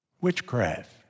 Witchcraft